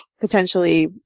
potentially